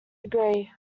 agree